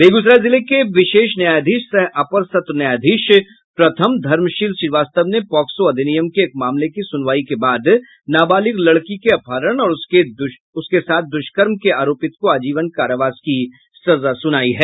बेगूसराय जिले के विशेष न्यायाधीश सह अपर सत्र न्यायाधीश प्रथम धर्मशील श्रीवास्तव ने पॉक्सो अधिनियम के एक मामले की सुनवाई के बाद नाबालिग लड़की के अपहरण और उसके साथ दुष्कर्म के आरोपित को आजीवन कारावास की सजा सुनाई है